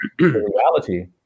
reality